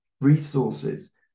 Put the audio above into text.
Resources